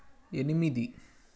ఎనిమిది